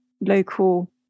local